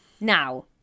now